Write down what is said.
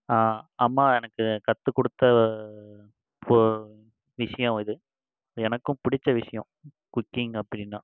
நான் அம்மா எனக்கு கற்றுக் கொடுத்த போ விஷியம் இது எனக்கும் டுச்ச விஷியம் குக்கிங் அப்படின்னா